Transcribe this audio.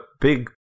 big